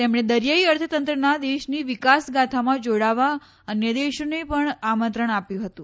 તેમણે દરિયાઇ અર્થતંત્રના દેશની વિકાસગાથામાં જોડાવા અન્ય દેશોને પણ આમંત્રણ આપ્યું હતું